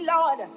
Lord